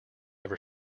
ever